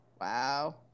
Wow